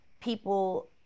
people